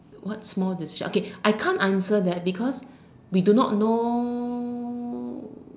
what's more decision okay I can't answer that because we do not know